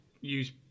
use